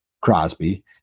Crosby